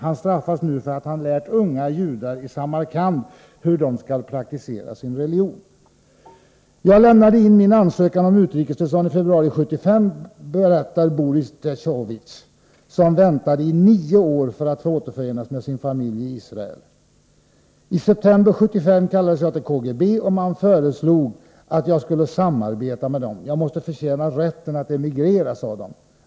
Han straffas nu för att han lärt unga judar i Samarkand hur de skall praktisera sin religion.” ”Jag lämnade in min ansökan om utresetillstånd i februari 1975, berättar Boris Dechovitj, som väntat i nio år för att få återförenas med sin familj i Israel. I september 1975 kallades jag till KGB och man föreslog att jag skulle samarbeta med dem. Jag måste förtjäna rätten att emigrera, sade de.